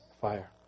fire